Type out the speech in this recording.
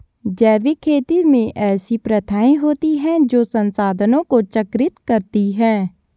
जैविक खेती में ऐसी प्रथाएँ होती हैं जो संसाधनों को चक्रित करती हैं